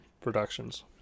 Productions